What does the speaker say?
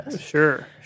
Sure